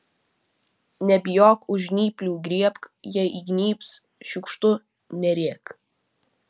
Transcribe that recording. nebijok už žnyplių griebk jei įgnybs šiukštu nerėk